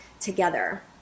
together